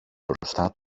μπροστά